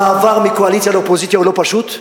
המעבר מקואליציה לאופוזיציה אינו פשוט.